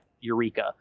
eureka